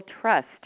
Trust